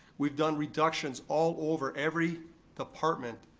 we've done reductions all over, every department